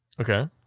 Okay